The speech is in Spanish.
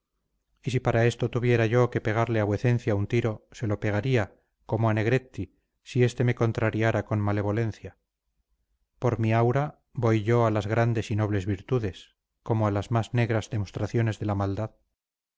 y si para esto tuviera yo que pegarle a vuecencia un tiro se lo pegaría como a negretti si este me contrariara con malevolencia por mi aura voy yo a las grandes y nobles virtudes como a las más negras demostraciones de la maldad